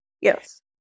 Yes